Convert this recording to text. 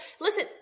listen